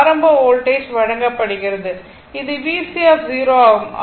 ஆரம்ப வோல்டேஜ் வழங்கப்படுகிறது இது VC ஆகும்